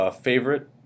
favorite